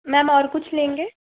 ma'am और कुछ लेंगे